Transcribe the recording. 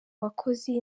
bakozi